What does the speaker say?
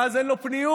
ואז אין לו פניות.